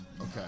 Okay